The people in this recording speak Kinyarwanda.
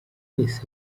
wese